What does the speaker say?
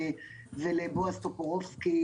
ולבועז טופורובסקי,